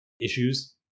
issues